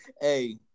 hey